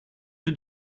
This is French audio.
que